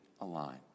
align